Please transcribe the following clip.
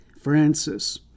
Francis